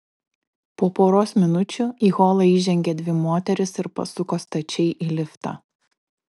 po poros minučių į holą įžengė dvi moterys ir pasuko stačiai į liftą